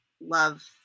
love